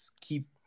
keep